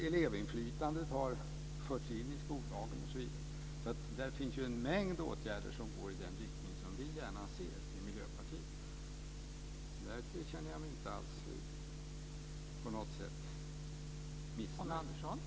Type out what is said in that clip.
Elevinflytande har förts in i skollagen osv. Där finns en mängd åtgärder som går i den riktning som vi gärna ser i Miljöpartiet. Där känner jag mig inte alls på något sätt missnöjd.